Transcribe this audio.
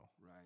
Right